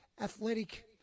athletic